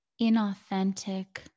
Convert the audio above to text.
inauthentic